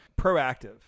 Proactive